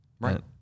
Right